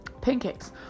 Pancakes